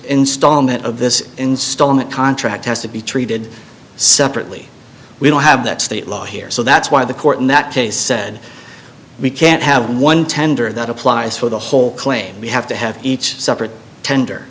installment of this installment contract has to be treated separately we don't have that state law here so that's why the court in that case said we can't have one tender that applies for the whole claim we have to have each separate tender